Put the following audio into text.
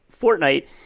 Fortnite